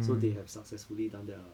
so they have successfully done that lah